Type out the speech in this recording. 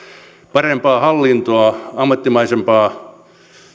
parempaa hallintoa ammattimaisempaa